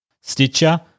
Stitcher